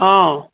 हँ